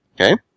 Okay